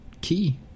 key